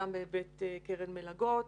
גם בהיבט קרן מלגות,